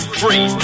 free